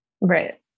Right